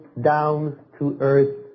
down-to-earth